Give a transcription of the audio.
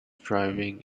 driving